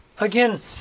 Again